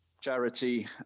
charity